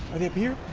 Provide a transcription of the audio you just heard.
are they appear?